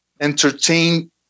entertain